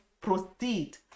proceed